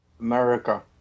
America